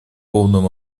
полном